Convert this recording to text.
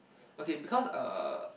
okay because uh